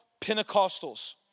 Pentecostals